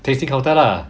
tasting counter lah